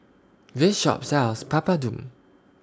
This Shop sells Papadum